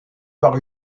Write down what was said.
par